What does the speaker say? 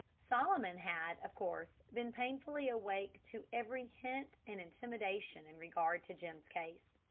solomon had, of course, been painfully awake to every hint and intimation in regard to jim's case.